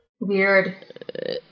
weird